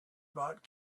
bought